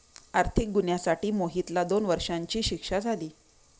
आर्थिक गुन्ह्यासाठी मोहितला दोन वर्षांची शिक्षा झाली